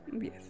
Yes